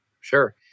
Sure